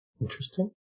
Interesting